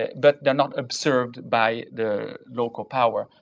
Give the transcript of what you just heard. but they're not observed by the local power.